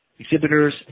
exhibitors